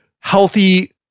healthy